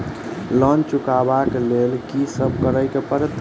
Loan चुका ब लैल की सब करऽ पड़तै?